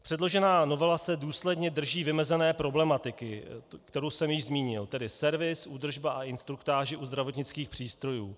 Předložená novela se důsledně drží vymezené problematiky, kterou jsem již zmínil, tedy servis, údržba a instruktáže u zdravotnických přístrojů.